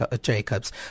Jacobs